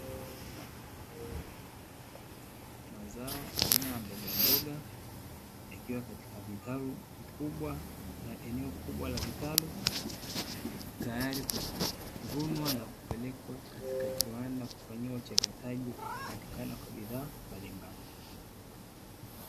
Mazao aina ya mbogamboga yakiwa katika vitalu vikubwa na eneo kubwa la vitalu, tayari kwa kuvunwa na kupelekwa katika kiwanda kufanyiwa uchakataji na kupatikana kwa bidhaa mbalimbali.